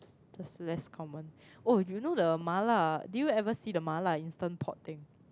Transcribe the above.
just less common oh you know the mala do you ever see the mala instant pot thing